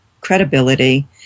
credibility